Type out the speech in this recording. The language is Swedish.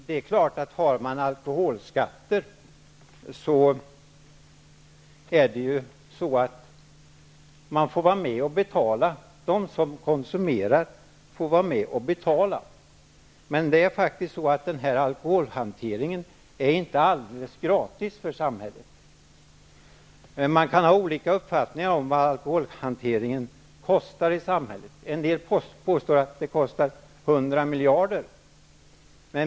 Herr talman! Har man alkoholskatter, så är det klart att de som konsumerar får vara med och betala. Men alkoholhanteringen är faktiskt inte alldeles gratis för samhället. Man kan ha olika uppfattningar om vad alkoholhanteringen kostar samhället. En del påstår att den kostar 100 miljarder.